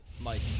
Mike